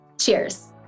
Cheers